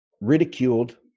ridiculed